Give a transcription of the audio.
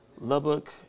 Lubbock